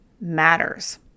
matters